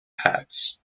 hats